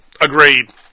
Agreed